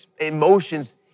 emotions